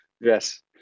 Yes